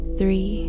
three